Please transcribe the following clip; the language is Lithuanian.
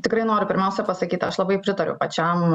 tikrai noriu pirmiausia pasakyt aš labai pritariu pačiam